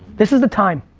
this is the time.